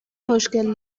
مشکل